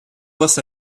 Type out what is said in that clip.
was